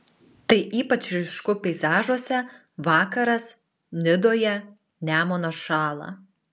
tai ypač ryšku peizažuose vakaras nidoje nemunas šąla